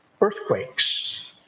earthquakes